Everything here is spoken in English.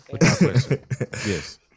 Yes